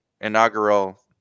inaugural